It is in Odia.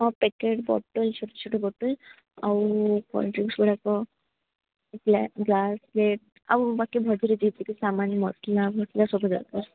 ଆଉ ପ୍ୟାକେଟ୍ ବୋଟଲ୍ ଛୋଟ ଛୋଟ ବୋଟଲ୍ ଆଉ କୋଲ୍ ଡ୍ରିଂକ୍ସ ଗୁଡ଼ାକ ଗ୍ଳାସ୍ ଆଉ ମଝିରେ ଯେତିକି ସାମାନ୍ ମସଲା ହେରିକା ସବୁ ଦରକାର